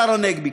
השר הנגבי,